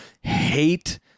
hate